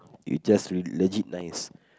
you just l~ legit nice